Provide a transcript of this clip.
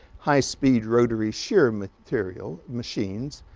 high-speed rotary shear material machines.